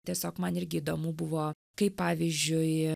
tiesiog man irgi įdomu buvo kaip pavyzdžiui